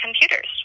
computers